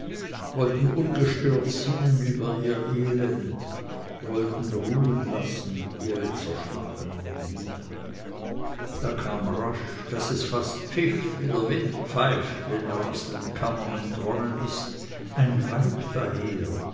wollten ungestört sinnen über ihr elend wollten ruhen lassen ihre zerschlagenen glieder da kam rasch daß es fast pfiff wie der wind pfeift wenn er aus den kammern entronnen ist ein weib daher